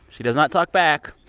she does not talk back.